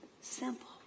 simple